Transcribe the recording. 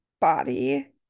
body